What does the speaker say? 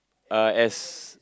uh as